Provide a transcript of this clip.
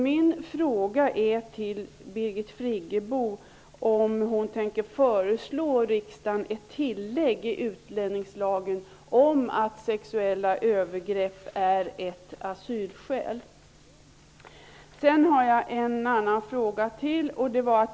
Min fråga till Birgit Friggebo är därför om hon tänker föreslå riksdagen ett tillägg i utlänningslagen om att sexuella övergrepp är ett asylskäl. Jag har också ytterligare en fråga.